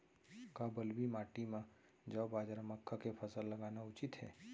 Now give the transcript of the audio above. का बलुई माटी म जौ, बाजरा, मक्का के फसल लगाना उचित हे?